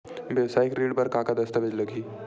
वेवसायिक ऋण बर का का दस्तावेज लगही?